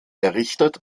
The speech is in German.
errichtet